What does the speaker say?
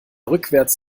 rückwärts